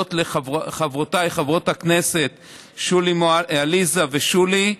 להודות לחברותיי חברות הכנסת עליזה ושולי,